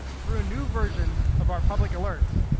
through a new version of our public alerts,